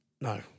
No